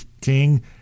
King